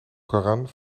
koran